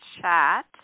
chat